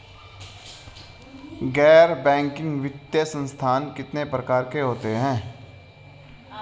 गैर बैंकिंग वित्तीय संस्थान कितने प्रकार के होते हैं?